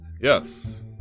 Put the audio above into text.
Yes